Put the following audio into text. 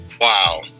Wow